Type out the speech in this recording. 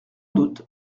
doute